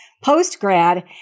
post-grad